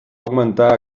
augmentar